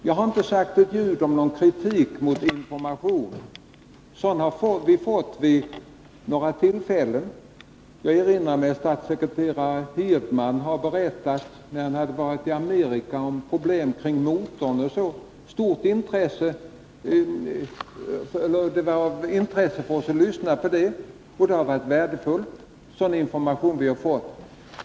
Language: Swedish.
Jag har inte sagt ett ljud om någon kritik mot informationen. Sådan har vi fått vid några tillfällen. Jag erinrar mig att statssekreterare Hirdman, när han hade varit i Amerika, berättade om problem med motorn m.m. Det var intressant för oss att lyssna till det, och det har varit värdefullt med den information vi har fått.